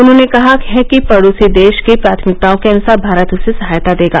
उन्होंने कहा है कि पड़ोसी देश की प्राथमिकताओं के अनुसार भारत उसे सहायता देगा